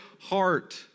heart